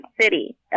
city